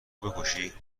بکشی